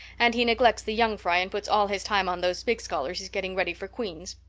and he neglects the young fry and puts all his time on those big scholars he's getting ready for queen's.